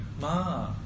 Ma